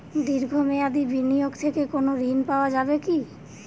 দীর্ঘ মেয়াদি বিনিয়োগ থেকে কোনো ঋন পাওয়া যাবে কী?